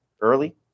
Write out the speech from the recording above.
early